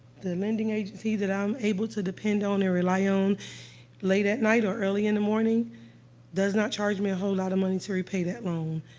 the lending agency that i'm able to depend on and rely on late at night or early in the morning does not charge me a whole lot of money to repay that loan.